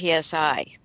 PSI